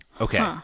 Okay